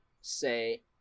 say